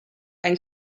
ein